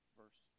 verse